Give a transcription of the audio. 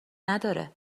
نداره